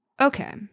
Okay